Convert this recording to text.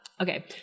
Okay